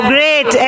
Great